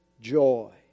joy